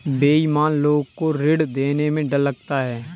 बेईमान लोग को ऋण देने में डर लगता है